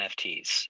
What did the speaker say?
NFTs